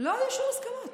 לא היו שום הסכמות.